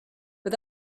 but